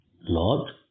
Lord